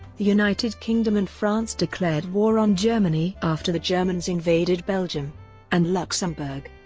the united kingdom and france declared war on germany after the germans invaded belgium and luxembourg.